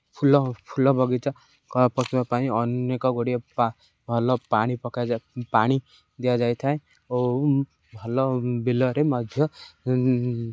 ଫୁଲ ଫୁଲ ବଗିଚା ପକାଇବା ପାଇଁ ଅନେକ ଗୁଡ଼ିଏ ଭଲ ପାଣି ପକାଯାଏ ପାଣି ଦିଆଯାଇଥାଏ ଓ ଭଲ ବିଲରେ ମଧ୍ୟ